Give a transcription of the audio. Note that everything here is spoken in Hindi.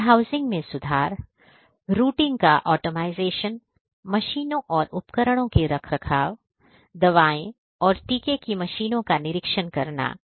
वेयरहाउसिंग में सुधार रूटिंग का ऑप्टिमाइजेशन मशीनों और उपकरणों के रखरखाव दवाएं और टीके की मशीनों का निरीक्षण करना